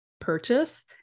purchase